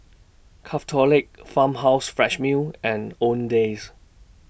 Craftholic Farmhouse Fresh Milk and Owndays